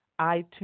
iTunes